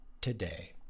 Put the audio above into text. today